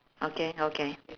okay okay